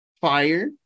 Fire